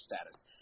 status